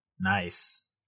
Nice